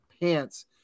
pants